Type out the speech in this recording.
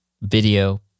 video